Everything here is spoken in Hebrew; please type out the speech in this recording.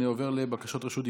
אני עובר לבקשות רשות דיבור.